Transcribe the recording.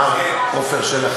מר עפר שלח,